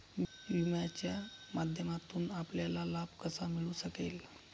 विम्याच्या माध्यमातून आपल्याला लाभ कसा मिळू शकेल?